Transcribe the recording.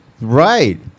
Right